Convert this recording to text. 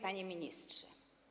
Panie Ministrze!